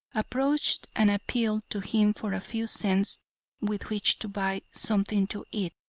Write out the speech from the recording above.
approached and appealed to him for a few cents with which to buy something to eat.